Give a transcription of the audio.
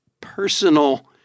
personal